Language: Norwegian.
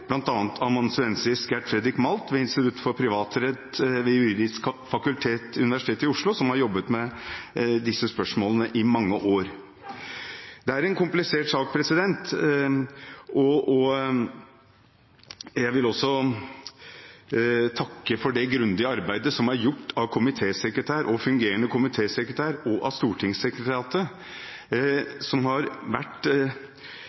Malt ved Institutt for privatrett ved Juridisk fakultet, Universitetet i Oslo, som har jobbet med disse spørsmålene i mange år. Det er en komplisert sak, og jeg vil også takke for det grundige arbeidet som er gjort av komitésekretær, fungerende komitésekretær og stortingssekretariatet, som har vært veldig flinke til å bidra med nøyaktighet og